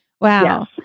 Wow